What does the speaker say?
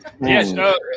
Yes